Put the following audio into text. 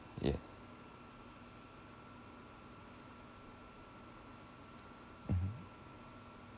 yeah mmhmm